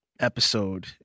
Episode